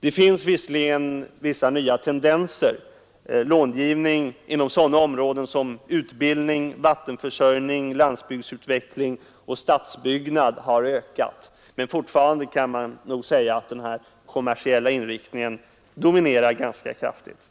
Det finns visserligen vissa nya tendenser — långivningen inom sådana områden som utbildning, vattenförsörjning, landsbygdsutveckling och stadsbyggnad har ökat — men fortfarande kan man säga att den kommersiella inriktningen dominerar ganska kraftigt.